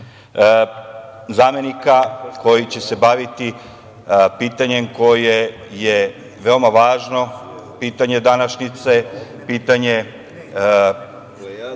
zamenika koji će se baviti pitanjem koje je veoma važno pitanje današnjice, pitanje